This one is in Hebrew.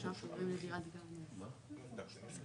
חוזרים בשעה 09:18.